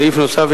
סעיף נוסף,